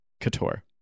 couture